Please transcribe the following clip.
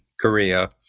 Korea